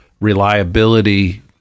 reliability